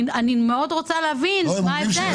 אני רוצה מאוד להבין מה ההבדל.